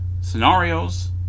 scenarios